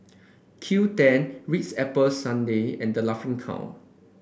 Q ten Ritz Apple Strudel and The Laughing Cow